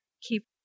keep